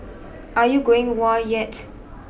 are you going whoa yet